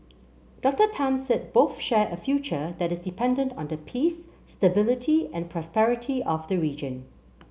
Doctor Tan said both share a future that is dependent on the peace stability and prosperity of the region